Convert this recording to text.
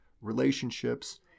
relationships